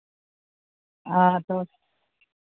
ᱟᱫᱚ